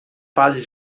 fase